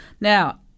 Now